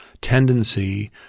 tendency